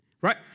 right